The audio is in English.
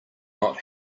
not